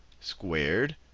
squared